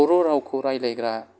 बर' रावखौ रायलायग्रा